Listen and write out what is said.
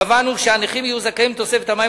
קבענו שהנכים יהיו זכאים לתוספת המים